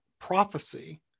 prophecy